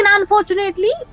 Unfortunately